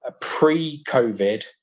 pre-COVID